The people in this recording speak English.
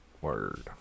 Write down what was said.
word